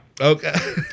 Okay